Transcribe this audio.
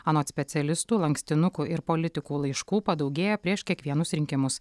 anot specialistų lankstinukų ir politikų laiškų padaugėja prieš kiekvienus rinkimus